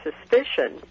suspicion